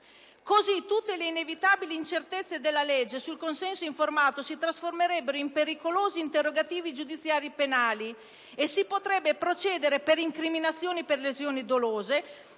Così tutte le inevitabili incertezze della legge sul consenso informato si trasformerebbero in pericolosi interrogativi giudiziari penali e si potrebbe procedere per incriminazione per lesioni dolose,